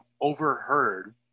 overheard